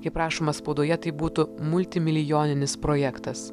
kaip rašoma spaudoje tai būtų multimilijoninis projektas